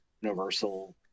universal